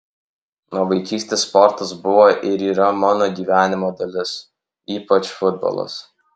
nuo vaikystės sportas buvo ir yra mano gyvenimo dalis ypač futbolas